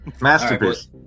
masterpiece